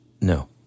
No